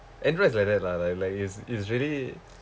android is like that lah like like is is really